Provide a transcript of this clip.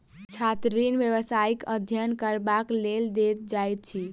छात्र ऋण व्यवसायिक अध्ययन करबाक लेल देल जाइत अछि